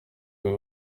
uyu